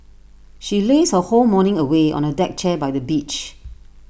she lazed her whole morning away on A deck chair by the beach